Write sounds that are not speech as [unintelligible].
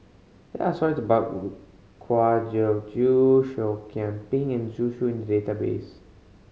there're stories about [unintelligible] Kwa Geok Choo Seah Kian Peng and Zhu Xu in the database